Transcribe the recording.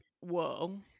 whoa